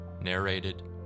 narrated